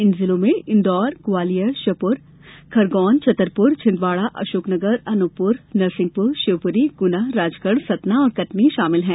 इन जिलों में इंदौर ग्वालियर श्योपुर खरगोन छतरपुर छिन्दवाड़ा अशोकनगर अनूपपुर नरसिंहपुर शिवपुरी गुना राजगढ़ सतना और कटनी शामिल हैं